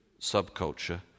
subculture